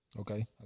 Okay